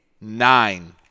nine